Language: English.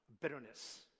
bitterness